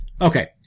Okay